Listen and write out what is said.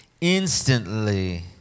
Instantly